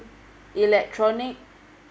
electronic